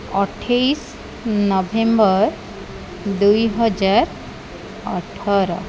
ଅଠେଇଶ ନଭେମ୍ବର୍ ଦୁଇ ହଜାର ଅଠର